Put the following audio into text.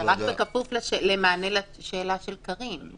אבל זה רק בכפוף למענה לשאלה של קארין: